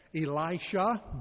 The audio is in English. Elisha